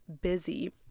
busy